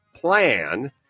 plan